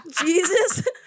Jesus